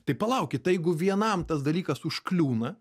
tai palaukit tai jeigu vienam tas dalykas užkliūna